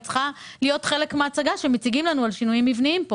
היא צריכה להיות חלק מההצגה שמציגים לנו על שינויים מבניים.